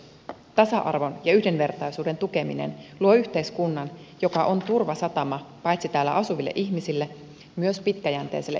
tasa arvon ja yhdenvertaisuuden tukeminen luo yhteiskunnan joka on turvasatama paitsi täällä asuville ihmisille myös pitkäjänteiselle yritystoiminnalle